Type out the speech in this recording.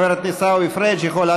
חבר הכנסת עיסאווי פריג' יכול,